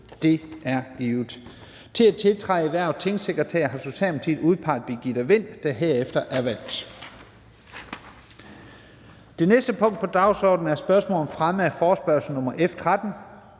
Det er givet. Til at indtræde i hvervet som tingsekretær har Socialdemokratiet udpeget Birgitte Vind (S), der herefter er valgt. --- Det første punkt på dagsordenen er: 1) Spørgsmål om fremme af forespørgsel nr. F 13: